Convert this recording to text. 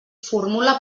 formula